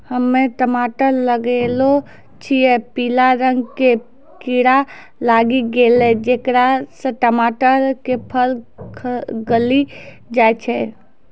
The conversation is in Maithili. हम्मे टमाटर लगैलो छियै पीला रंग के कीड़ा लागी गैलै जेकरा से टमाटर के फल गली जाय छै?